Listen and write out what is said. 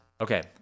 Okay